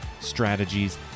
strategies